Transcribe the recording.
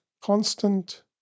constant